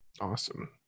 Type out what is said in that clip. Awesome